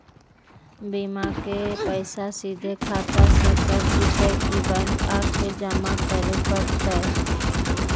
बिमा के पैसा सिधे खाता से कट जितै कि बैंक आके जमा करे पड़तै?